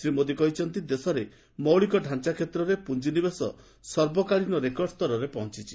ଶ୍ରୀ ମୋଦି କହିଛନ୍ତି ଦେଶରେ ମୌଳିକ ତାଞ୍ଚା କ୍ଷେତ୍ରରେ ପୁଞ୍ଜିନିବେଶ ସର୍ବକାଳୀନ ରେକର୍ଡ଼ ସ୍ତରରେ ପହଞ୍ଚୁଛି